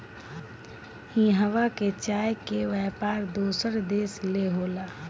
इहवां के चाय के व्यापार दोसर देश ले होला